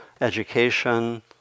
education